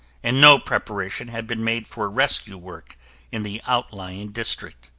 and no preparation had been made for rescue work in the outlying districts.